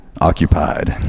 occupied